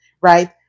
right